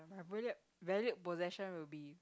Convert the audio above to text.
valued valued possession will be